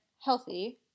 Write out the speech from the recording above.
healthy